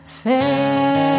fair